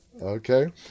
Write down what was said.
Okay